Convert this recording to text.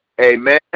Amen